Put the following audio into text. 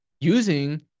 using